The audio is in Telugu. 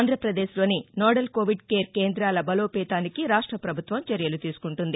ఆంధ్రాపదేశ్లోని నోడల్ కావిడ్ కేర్ కేంద్రాల బలోపేతానికి రాష్ట పభుత్వం చర్యలు తీసుకుంటుంది